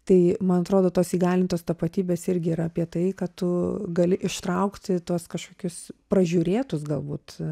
tai man atrodo tos įgalintos tapatybės irgi yra apie tai kad tu gali ištraukti tuos kažkokius pražiūrėtus galbūt